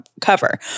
cover